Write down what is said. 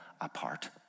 apart